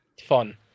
Fun